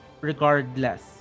regardless